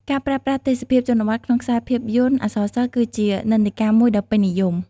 ការប្រើប្រាស់ទេសភាពជនបទក្នុងខ្សែភាពយន្តអក្សរសិល្ប៍ គឺជានិន្នាការមួយដ៏ពេញនិយម។